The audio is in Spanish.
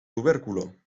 tubérculo